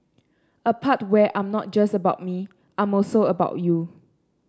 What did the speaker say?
a part where I'm not just about me I'm also about you